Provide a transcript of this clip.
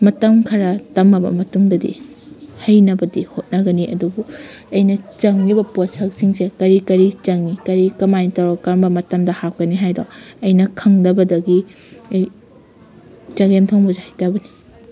ꯃꯇꯝ ꯈꯔ ꯇꯝꯂꯕ ꯃꯇꯨꯡꯗꯗꯤ ꯍꯩꯅꯕꯗꯤ ꯍꯣꯠꯅꯒꯅꯤ ꯑꯗꯨꯕꯨ ꯑꯩꯅ ꯆꯪꯂꯤꯕ ꯄꯣꯠꯁꯛꯁꯤꯡꯁꯦ ꯀꯔꯤ ꯀꯔꯤ ꯆꯪꯏ ꯀꯔꯤ ꯀꯃꯥꯏꯅ ꯇꯧꯔꯒ ꯀꯔꯝꯕ ꯃꯇꯝꯗ ꯍꯥꯏꯀꯅꯤ ꯍꯥꯏꯗꯣ ꯑꯩꯅ ꯈꯪꯗꯕꯗꯒꯤ ꯑꯩ ꯆꯒꯦꯝ ꯊꯣꯡꯕꯁꯤ ꯍꯩꯇꯕꯅꯤ